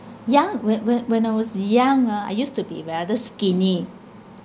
young whe~ when when I was young ah I used to be rather skinny